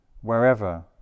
wherever